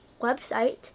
website